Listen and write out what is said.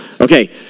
Okay